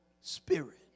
spirit